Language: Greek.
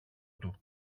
του